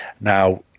now